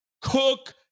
Cook